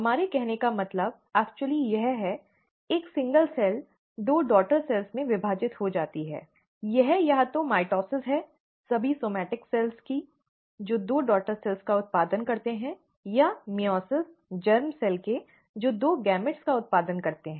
हमारे कहने का मतलब वास्तव में यह है एक एकल कोशिका दो डॉटर सेल्स में विभाजित हो जाती है यह या तो माइटोसिस है सभी सोमैट्इक कोशिकाएं का जो दो डॉटर सेल्स का उत्पादन करते हैं या मइओसिस जर्म सेल्स के जो दो युग्मकों का उत्पादन करते हैं